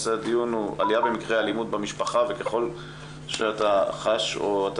נושא הדיון הוא עלייה במקרי אלימות במשפחה וככל שאתה חש או אתה